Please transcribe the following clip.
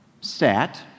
sat